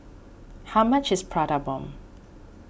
how much is Prata Bomb